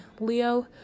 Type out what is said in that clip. Leo